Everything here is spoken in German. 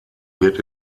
wird